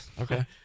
Okay